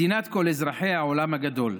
מדינת כל אזרחי העולם הגדול.